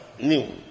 new